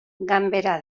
ganbera